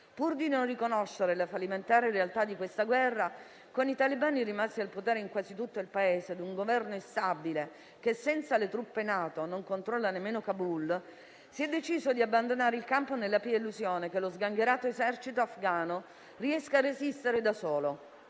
Pur di non riconoscere la fallimentare realtà di questa guerra, con i talebani rimasti al potere in quasi tutto il Paese e un Governo instabile, che senza le truppe NATO, non controlla nemmeno Kabul, si è deciso di abbandonare il campo nella pia illusione che lo sgangherato esercito afgano riesca a resistere da solo.